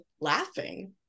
laughing